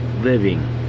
living